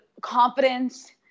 confidence